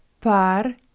par